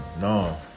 no